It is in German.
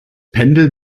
pendel